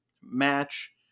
match